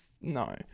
No